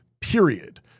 period